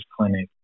clinic